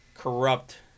corrupt